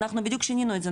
אנחנו בדיוק שיננו את זה,